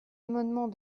amendement